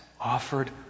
offered